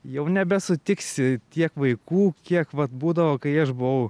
jau nebesutiksi tiek vaikų kiek vat būdavo kai aš buvau